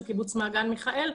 זה קיבוץ מעגן מיכאל.